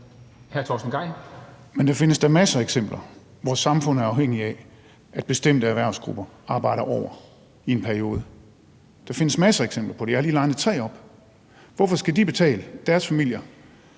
Men der findes da masser af eksempler, hvor samfundet er afhængigt af, at bestemte erhvervsgrupper arbejder over i en periode. Der findes masser af eksempler på det – jeg har lige nævnt tre. Hvorfor skal deres familier